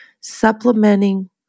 supplementing